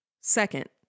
Second